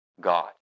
God